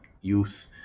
youth